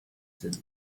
sind